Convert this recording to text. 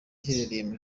iherereye